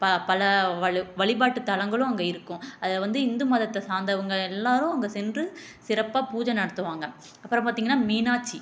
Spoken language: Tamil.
பல வழ் வழிபாட்டுத் தலங்களும் அங்கே இருக்கும் அதை வந்து இந்து மதத்தைச் சார்ந்தவங்க எல்லாரும் அங்கே சென்று சிறப்பாக பூஜை நடத்துவாங்க அப்புறம் பார்த்திங்கனா மீனாட்சி